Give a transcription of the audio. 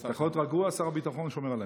אתה יכול להיות רגוע, שר הביטחון שומר עלינו.